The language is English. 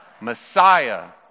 Messiah